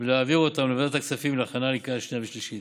ולהעביר אותן לוועדת הכספים להכנה לקריאה שנייה ושלישית.